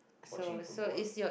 watching football